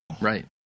Right